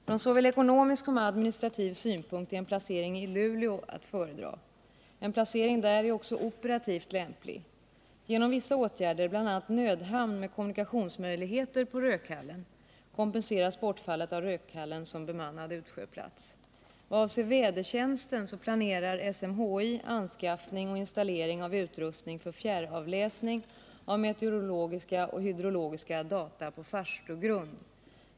Från såväl ekonomisk som administrativ synpunkt är en placering i Luleå att föredra. En placering där är också operativt lämplig. Genom vissa åtgärder, bl.a. nödhamn med kommu Nr 29 nikationsmöjligheter på Rödkallen, kompenseras bortfallet av Rödkallen som bemannad utsjöplats. Vad avser vädertjänsten planerar SMHI anskaffning och installering av utrustning för fjärravläsning av meteorologiska och hydrologiska data på Farstugrund.